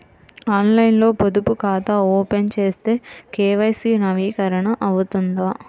ఆన్లైన్లో పొదుపు ఖాతా ఓపెన్ చేస్తే కే.వై.సి నవీకరణ అవుతుందా?